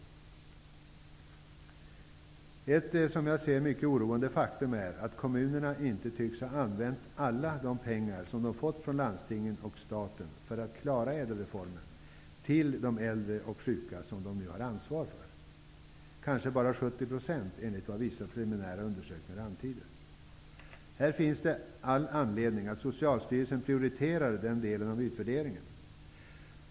Ett mycket oroande faktum är att kommunerna inte tycks ha använt alla pengar, som de har fått från landstingen och staten för att klara ÄDEL reformen, till de äldre och sjuka som de har ansvar för. Enligt vad vissa preliminära undersökningar antyder har kanske bara 70 % av pengarna använts till detta ändamål. Här finns det all anledning för Socialstyrelsen att prioritera den delen av utvärderingen.